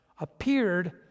appeared